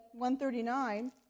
139